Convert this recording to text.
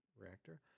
reactor